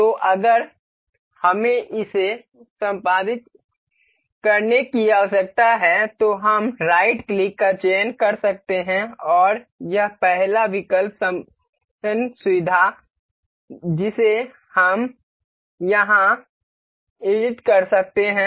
तो अगर हमें इसे संपादित करने की आवश्यकता है तो हम राइट क्लिक का चयन कर सकते हैं और यह पहला विकल्प संपादन सुविधा जिसे हम यहाँ संपादित कर सकते हैं